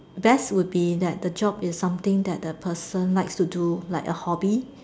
best would be that the job is something that the person likes to do like a hobby